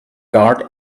guard